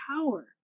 power